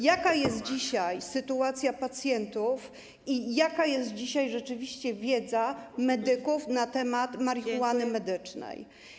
jaka jest dzisiaj sytuacja pacjentów i jaka jest dzisiaj rzeczywiście wiedza medyków na temat marihuany medycznej.